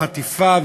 החטיפה,